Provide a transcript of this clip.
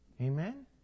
Amen